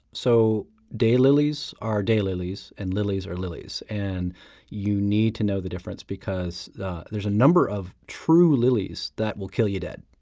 so daylilies are daylilies and lilies are lilies. and you need to know the difference because there's a number of true lilies that will kill you dead.